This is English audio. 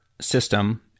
system